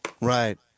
right